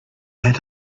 had